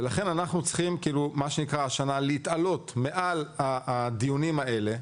ולכן אנחנו צריכים להתעלות מעל הדיונים האלה,